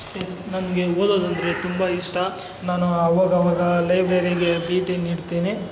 S ನನಗೆ ಓದೋದಂದರೆ ತುಂಬ ಇಷ್ಟ ನಾನೂ ಅವಾಗವಾಗಾ ಲೈಬ್ರೆರಿಗೆ ಭೇಟಿ ನೀಡ್ತೀನಿ